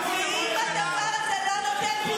כי אני,